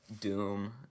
Doom